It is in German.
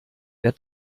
wer